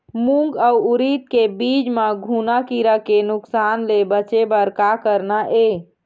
मूंग अउ उरीद के बीज म घुना किरा के नुकसान ले बचे बर का करना ये?